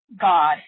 God